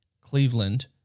Cleveland